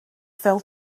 fell